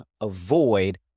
avoid